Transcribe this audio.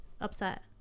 upset